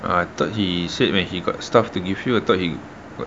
I thought he said when he got stuff to give you I thought he what